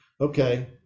okay